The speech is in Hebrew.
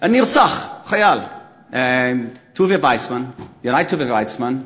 נרצח חייל, ינאי טוביה ויסמן,